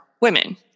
women